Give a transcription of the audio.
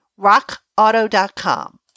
rockauto.com